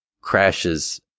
crashes